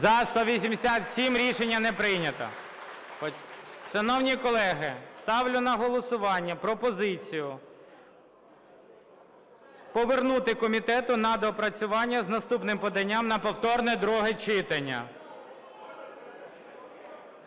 За-187 Рішення не прийнято. Шановні колеги, ставлю на голосування пропозицію повернути комітету на доопрацювання з наступним поданням на повторне друге читання.